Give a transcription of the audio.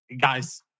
Guys